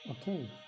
okay